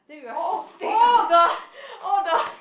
oh oh oh the oh the